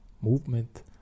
movement